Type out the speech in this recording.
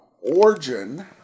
origin